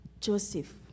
Joseph